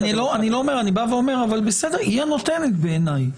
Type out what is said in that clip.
בעיניי, היא הנותנת.